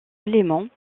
éléments